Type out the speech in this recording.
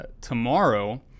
tomorrow